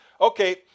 Okay